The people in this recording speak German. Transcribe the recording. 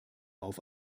auf